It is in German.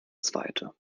zweite